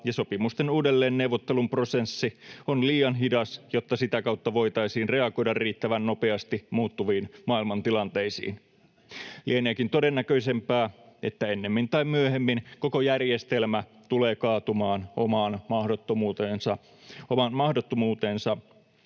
ja sopimusten uudelleenneuvottelun prosessi on liian hidas, jotta sitä kautta voitaisiin reagoida riittävän nopeasti muuttuviin maailmantilanteisiin. Lieneekin todennäköisempää, että ennemmin tai myöhemmin koko järjestelmä tulee kaatumaan omaan mahdottomuuteensa,